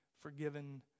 forgiven